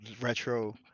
retro